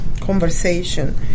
conversation